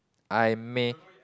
I may